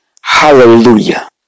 Hallelujah